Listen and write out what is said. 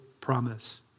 promise